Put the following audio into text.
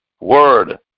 word